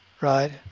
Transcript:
Right